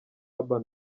urban